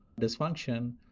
dysfunction